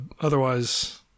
otherwise